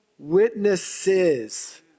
witnesses